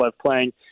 playing